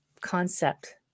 concept